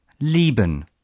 lieben